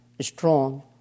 strong